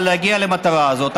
אבל להגיע למטרה הזאת.